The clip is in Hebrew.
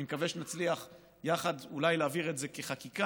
אני מקווה שנצליח יחד אולי להעביר את זה כחקיקה.